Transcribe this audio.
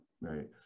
Right